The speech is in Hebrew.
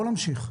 בואו נמשיך.